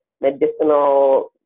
medicinal